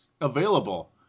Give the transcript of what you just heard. available